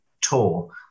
tour